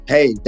Hey